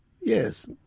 Yes